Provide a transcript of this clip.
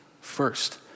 first